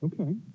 Okay